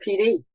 PD